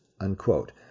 Unquote